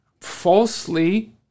falsely